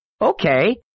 Okay